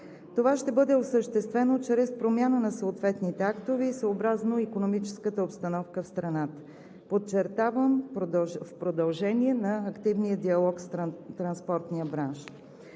това ще бъде осъществено чрез промяна на съответните актове и съобразно икономическата обстановка в страната, и в продължение на активния диалог с транспортния бранш.